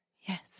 yes